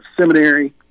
Seminary